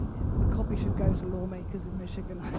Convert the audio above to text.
a copy should go to lawmakers of michigan.